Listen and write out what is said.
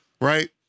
right